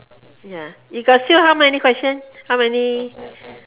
ya you got still how many question how many